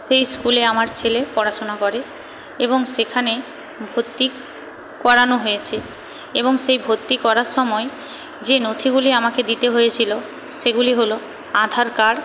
সেই স্কুলে আমার ছেলে পড়াশোনা করে এবং সেখানে ভর্তি করানো হয়েছে এবং সেই ভর্তি করার সময় যে নথিগুলি আমাকে দিতে হয়েছিল সেগুলি হল আধার কার্ড